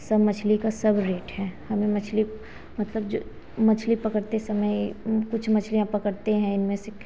सब मछली का सब रेट है हमें मछली मतलब मछली पकड़ते समय कुछ मछलियाँ पकड़ते हैं इनमें से